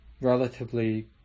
relatively